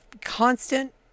constant